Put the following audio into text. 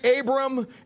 Abram